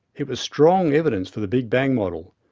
it was strong evidence for the big bang model,